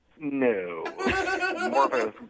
No